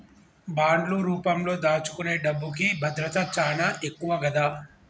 బాండ్లు రూపంలో దాచుకునే డబ్బుకి భద్రత చానా ఎక్కువ గదా